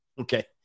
Okay